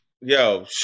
Yo